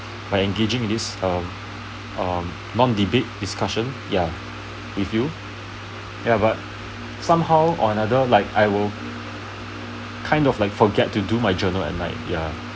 by engaging this um um non debate discussion ya with you ya but somehow another like I'll kind of like forget to do my journal at night ya